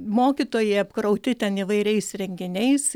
mokytojai apkrauti ten įvairiais renginiais